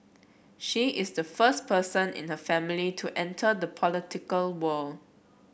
she is the first person in her family to enter the political world